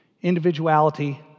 Individuality